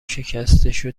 شکستشو